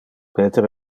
peter